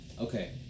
okay